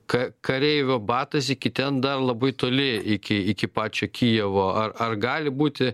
ka kareivio batas iki ten dar labai toli iki iki pačio kijevo ar ar gali būti